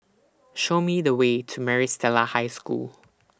Show Me The Way to Maris Stella High School